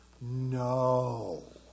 No